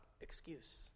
excuse